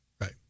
right